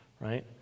right